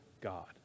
God